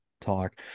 talk